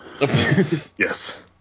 Yes